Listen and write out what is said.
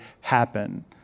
happen